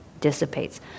dissipates